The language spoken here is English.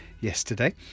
yesterday